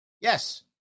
Yes